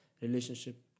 relationship